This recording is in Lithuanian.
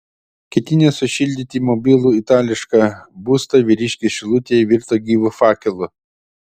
ketinęs sušildyti mobilų itališką būstą vyriškis šilutėje virto gyvu fakelu